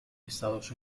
estados